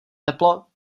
teplo